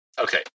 Okay